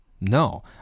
No